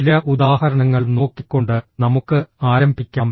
ചില ഉദാഹരണങ്ങൾ നോക്കിക്കൊണ്ട് നമുക്ക് ആരംഭിക്കാം